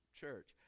church